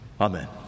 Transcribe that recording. Amen